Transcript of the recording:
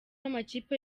amakipe